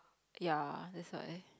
ya that's why